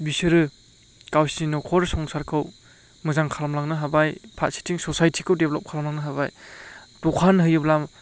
बिसोरो गावसिनि न'खर संसारखौ मोजां खालाम लांनो हाबाय फारसेथिं ससायटिखौ डेभ्लप खालाम लांनो हाबाय दखान होयोब्ला